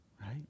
Right